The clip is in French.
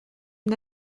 une